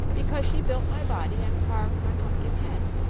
because she built my body and carved my pumpkin head.